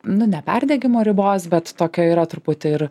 nu ne perdegimo ribos bet tokio yra truputį ir